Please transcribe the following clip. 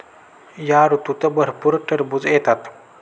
या ऋतूत भरपूर टरबूज येतात